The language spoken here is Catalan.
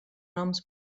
noms